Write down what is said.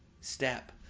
step